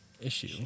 issue